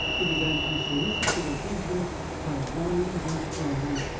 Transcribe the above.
he began to solicit their attention by whines and cries,